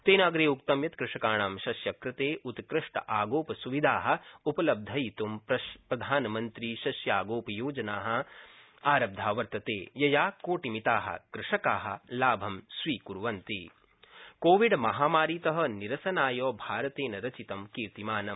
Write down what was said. तेन अग्रे उक्तं यत् कृषकाणां शस्य कृते उत्कृष्टागोपसुविधा उपलब्धयितुं प्रधानमन्त्रिशस्यागोपयोजना आरब्धा वर्तते यया कोटिमिता कृषका लाभं स्वीकुर्वन्ता कोविड कोविड महामारीत निरसनाय भारतेन रचितं कीर्तिमानम्